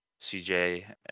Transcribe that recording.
CJ